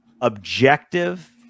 objective